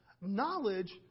knowledge